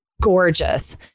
gorgeous